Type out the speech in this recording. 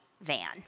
van